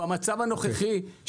במצב הנוכחי,